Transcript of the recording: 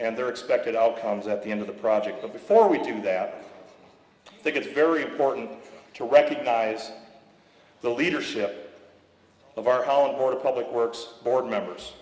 and their expected outcomes at the end of the project before we do that i think it's very important to recognize the leadership of our outdoor public works board members